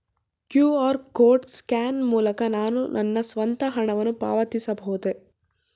QR code scan ಮೂಲಕ ನಾನು ನನ್ನ ಸ್ವಂತ ಹಣವನ್ನು ಪಾವತಿಸಬಹುದೇ?